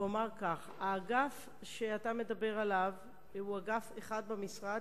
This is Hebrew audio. ואומר כך: האגף שאתה מדבר עליו הוא אגף אחד במשרד